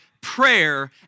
prayer